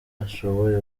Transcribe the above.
ashoboye